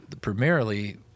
primarily